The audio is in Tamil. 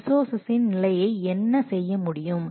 ரிசோர்ஸின் நிலையை என்ன செய்ய முடியும்